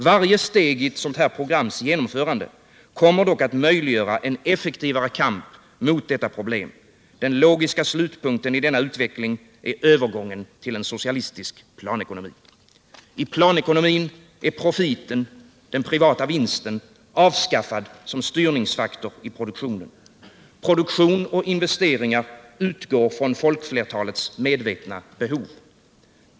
Varje steg i ett sådant här programs genomförande kommer dock att möjliggöra en effektivare kamp mot detta problem. Den logiska slutpunkten i denna utveckling är övergången till en socialistisk planekonomi. I planekonomin är profiten, den privata vinsten, avskaffad som styrningsfaktor i produktionen. Produktion och investeringar utgår från folkflertalets medvetna behov.